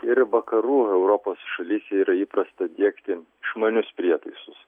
ir vakarų europos šalyse yra įprasta diegti išmanius prietaisus